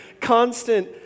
constant